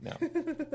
no